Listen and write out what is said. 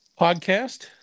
podcast